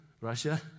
Russia